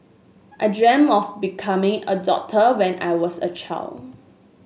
I dream of becoming a doctor when I was a child